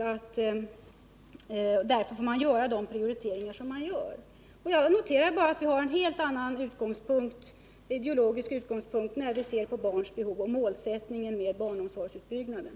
Därför får man göra de prioriteringar man gör. Jag noterar bara att vi har en helt annan ideologisk utgångspunkt när det gäller barns behov och målsättningen med barnomsorgsutbyggnaden.